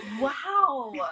wow